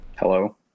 Hello